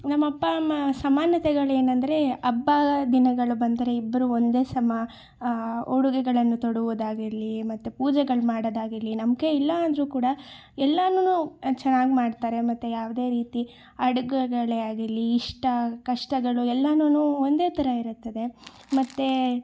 ನಮ್ಮ ಅಪ್ಪ ಅಮ್ಮ ಸಮಾನತೆಗಳು ಏನಂದ್ರೆ ಹಬ್ಬ ದಿನಗಳು ಬಂದರೆ ಇಬ್ರೂ ಒಂದೇ ಸಮ ಉಡುಗೆಗಳನ್ನು ತೊಡುವುದಾಗಿರಲಿ ಮತ್ತು ಪೂಜೆಗಳು ಮಾಡೋದಾಗಿರ್ಲಿ ನಂಬಿಕೆ ಇಲ್ಲ ಅಂದ್ರೂ ಕೂಡ ಎಲ್ಲಾನು ಚೆನ್ನಾಗಿ ಮಾಡ್ತಾರೆ ಮತ್ತು ಯಾವುದೇ ರೀತಿ ಅಡುಗೆಗಳೇ ಆಗಿರಲಿ ಇಷ್ಟ ಕಷ್ಟಗಳು ಎಲ್ಲಾನು ಒಂದೇ ಥರ ಇರುತ್ತದೆ ಮತ್ತು